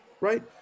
right